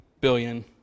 billion